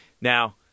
Now